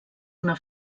una